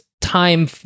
time